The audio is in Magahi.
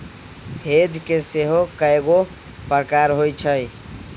हेज के सेहो कएगो प्रकार होइ छै